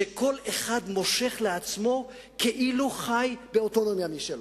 שכל אחד מושך לעצמו כאילו הוא חי באוטונומיה משלו.